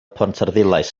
pontarddulais